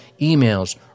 emails